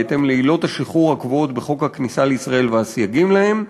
בהתאם לעילות השחרור הקבועות בחוק הכניסה לישראל והסייגים להן,